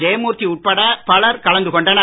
ஜெயமூர்த்தி உட்பட பலர் கலந்து கொண்டனர்